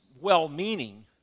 well-meaning